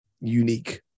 unique